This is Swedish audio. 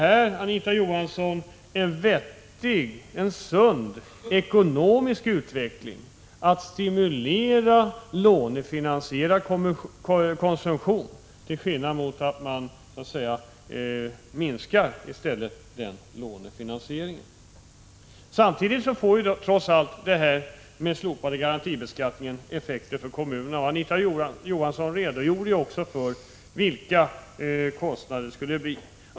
Är det en sund ekonomisk utveckling att stimulera lånefinansierad konsumtion i stället för att minska lånefinansieringen? Samtidigt får den slopade garantibeskattningen trots allt effekter för kommunerna, och Anita Johansson redogjorde också för vilka kostnaderna skulle bli.